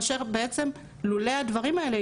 כאשר בעצם לולא הדברים האלה,